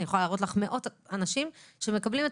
אני יכולה להראות לך מאות אנשים שמקבלים את